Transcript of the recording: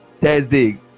Thursday